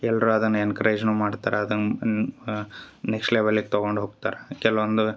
ಎಲ್ಲರು ಅದನ್ನ ಎನ್ಕರೇಜ್ನು ಮಾಡ್ತಾರೆ ಅದನ್ನ ನೆಕ್ಸ್ಟ್ ಲೆವೆಲಿಗೆ ತಗೊಂಡು ಹೋಗ್ತಾರೆ ಕೆಲವೊಂದು